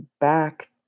back